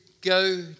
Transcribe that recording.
go